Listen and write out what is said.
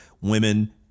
women